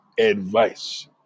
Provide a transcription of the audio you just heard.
advice